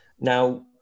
Now